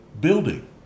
building